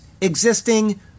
existing